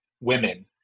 women